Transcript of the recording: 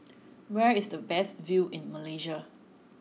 where is the best view in Malaysia